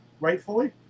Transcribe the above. rightfully